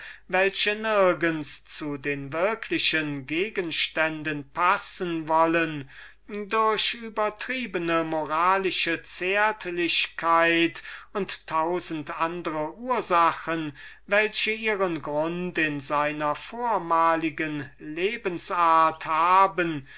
welche nirgends zu den gegenständen die er vor sich hat passen wollen durch übertrieben moralische zärtlichkeit und tausend andre ursachen die ihren grund in seiner vormaligen lebens-art haben